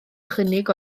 chynnig